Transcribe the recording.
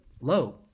low